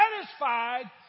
satisfied